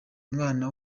umwana